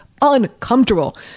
uncomfortable